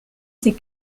ses